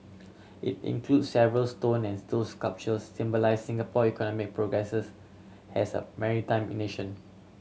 it includes several stone and steel sculptures symbolise Singapore economic progresses as a maritime in nation